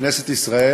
כנסת ישראל,